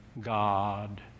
God